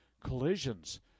collisions